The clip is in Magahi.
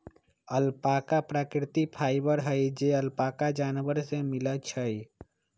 अल्पाका प्राकृतिक फाइबर हई जे अल्पाका जानवर से मिलय छइ